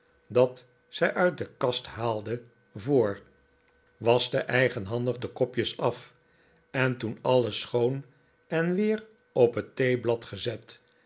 dat zij uit de kast haalde voor waschte eigenhandig de kopjes af en toen alles schoon en weer op het theeblad gezet